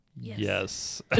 Yes